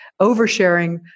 oversharing